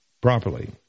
properly